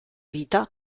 vita